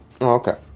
Okay